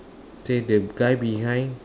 say the guy behind